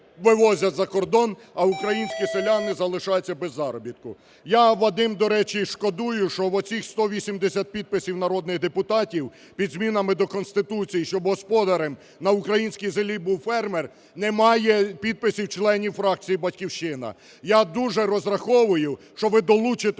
вивозять за кордон, а українські селяни залишаються без заробітку. Я, Вадим, до речі, шкодую, що в оцих 180 підписів народних депутатів під змінами до Конституції, щоб господарем на українській землі був фермер, немає підписів членів фракції "Батьківщина". Я дуже розраховую, що ви долучитесь